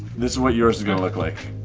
this is what yours is gonna look like.